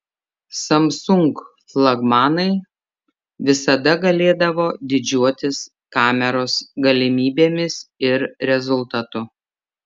samsung flagmanai visada galėdavo didžiuotis kameros galimybėmis ir rezultatu